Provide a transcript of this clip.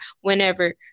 whenever